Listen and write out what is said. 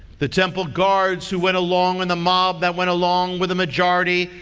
the temple guards who went along and the mob that went along with the majority.